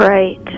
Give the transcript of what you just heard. Right